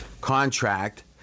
contract